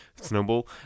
snowball